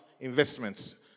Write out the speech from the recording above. investments